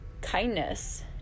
kindness